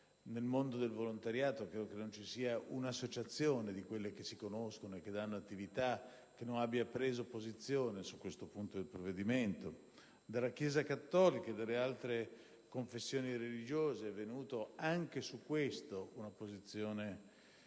Nel mondo del volontariato credo che non ci sia un'associazione, di quelle che si conoscono e che danno attività, che non abbia preso posizione su questo aspetto del provvedimento. Anche dalla Chiesa cattolica e da altre confessioni religiose è venuta al riguardo una posizione